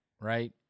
Right